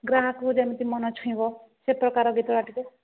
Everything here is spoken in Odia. ଗ୍ରାହକକୁ ଯେମିତି ମନ ଛୁଇଁବ ସେ ପ୍ରକାର ଗୀତଟା ଟିକେ